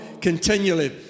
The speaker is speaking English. continually